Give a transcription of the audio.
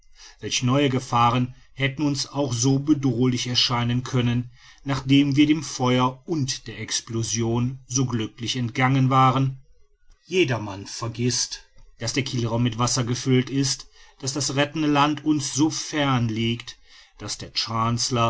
welch neue gefahren hätten uns auch so bedrohlich erscheinen können nachdem wir dem feuer und der explosion so glücklich entgangen waren jedermann vergißt daß der kielraum mit wasser gefüllt ist daß das rettende land uns so fern liegt daß der